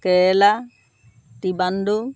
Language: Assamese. কেৰেলা ত্ৰিবান্দম